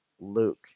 Luke